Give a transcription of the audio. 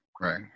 Right